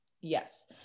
Yes